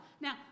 Now